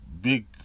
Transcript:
big